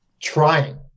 trying